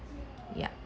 yup